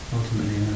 Ultimately